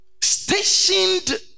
stationed